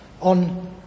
on